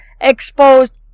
exposed